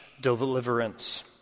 deliverance